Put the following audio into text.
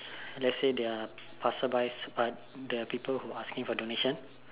let's say there are passerby people asking for donations